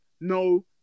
no